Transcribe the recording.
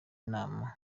inama